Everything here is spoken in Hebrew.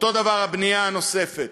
אותו דבר הבנייה הנוספת.